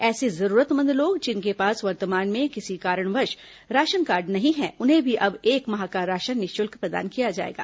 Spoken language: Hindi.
ऐसे जरूरतमंद लोग जिनके पास वर्तमान में किसी कारणवश राशनकार्ड नहीं हैं उन्हें भी अब एक माह का राशन निःशुल्क प्रदान किया जाएगा